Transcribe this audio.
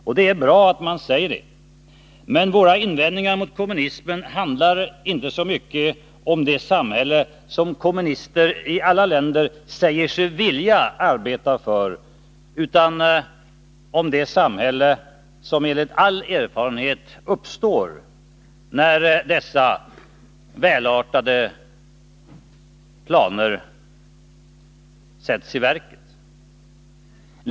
Och det är bra att man säger det. Men våra invändningar mot kommunismen handlar inte så mycket om det samhälle som kommunister i alla länder säger sig vilja arbeta för utan om det samhälle som enligt all erfarenhet uppstår när dessa till synes välartade planer sätts i verket.